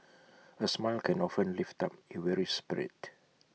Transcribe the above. A smile can often lift up A weary spirit